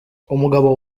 umugabo